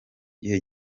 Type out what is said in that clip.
gihe